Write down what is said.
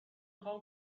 خوام